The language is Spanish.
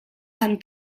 san